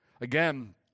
Again